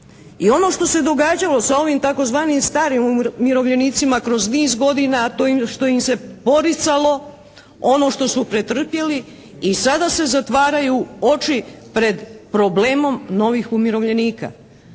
I ono što se događalo sa ovim tzv. starim umirovljenicima kroz niz godina a to što im se poricalo ono što su pretrpjeli i sada se zatvaraju oči pred problemom novih umirovljenika.